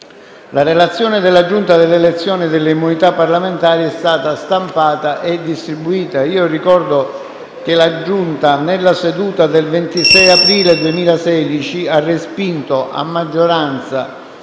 La relazione della Giunta delle elezioni e delle immunità parlamentari è stata stampata e distribuita. Ricordo che la Giunta, nella seduta del 26 aprile 2016, ha respinto a maggioranza